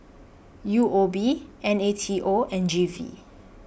U O B N A T O and G V